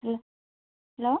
hello